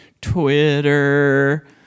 Twitter